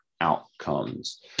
outcomes